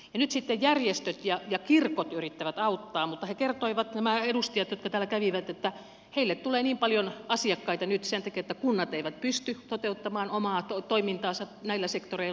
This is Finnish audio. nyt sitten järjestöt ja kirkot yrittävät auttaa mutta näiden edustajat jotka täällä kävivät kertoivat että heille tulee paljon asiakkaita nyt sen takia että kunnat eivät pysty toteuttamaan omaa toimintaansa näillä sektoreilla